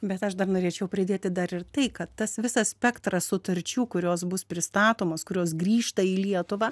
bet aš dar norėčiau pridėti dar ir tai kad tas visas spektras sutarčių kurios bus pristatomos kurios grįžta į lietuvą